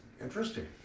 interesting